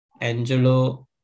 Angelo